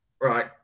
right